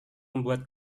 membuat